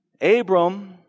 Abram